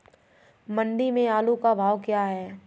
मंडी में आलू का भाव क्या है?